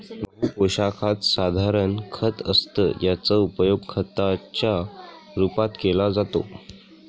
बहु पोशाखात साधारण खत असतं याचा उपयोग खताच्या रूपात केला जातो